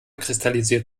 kristallisiert